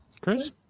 Chris